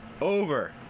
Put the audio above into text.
over